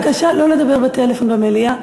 בבקשה לא לדבר בטלפון במליאה,